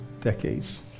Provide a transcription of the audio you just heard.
decades